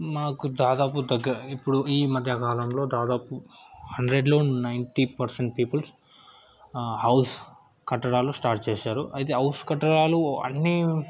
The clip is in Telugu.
మాకు దాదాపు దగ్గర ఇప్పుడు ఈ మధ్య కాలంలో దాదాపు హండ్రెడ్లో నైంటీ పర్సెంట్ పీపుల్ హౌస్ కట్టడాలు స్టార్ట్ చేసారు అయితే హౌస్ కట్టడాలు అన్నీ